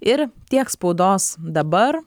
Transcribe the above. ir tiek spaudos dabar